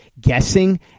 guessing